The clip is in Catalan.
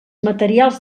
materials